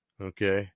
okay